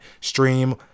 stream